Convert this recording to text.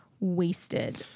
wasted